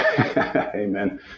Amen